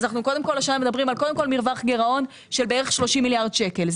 של בערך 30 מיליארד שקל,